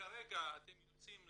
ושכרגע אתם יוצאים